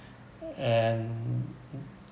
and mm